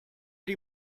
die